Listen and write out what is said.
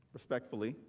respectfully,